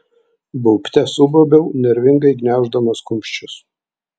baubte subaubiau nervingai gniauždamas kumščius